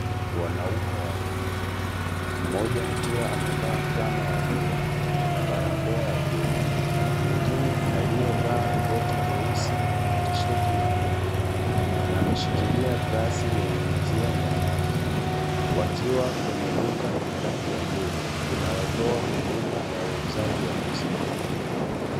Wanaume wawili mmoja akiwa amevaa flana ya bluu, na barakoa ya bluu, mwingine aliyevaa koti jeusi na tisheti nyekundu, ameshikilia glasi yenye maziwa ndani yake. Wakiwa kwenye duka lenye rangi ya bluu, linalotoa huduma ya uuzaji wa maziwa.